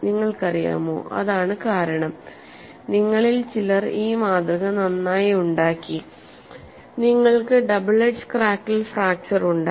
നിങ്ങൾക്കറിയാമോ അതാണ് കാരണം നിങ്ങളിൽ ചിലർ ഈ മാതൃക നന്നായി ഉണ്ടാക്കി നിങ്ങൾക്ക് ഡബിൾ എഡ്ജ് ക്രാക്കിൽ ഫ്രാക്ച്ചർ ഉണ്ടായി